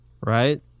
Right